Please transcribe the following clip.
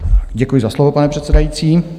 Děkuji za slovo, pane předsedající.